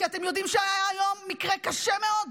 כי אתם יודעים שהיה היום מקרה קשה מאוד.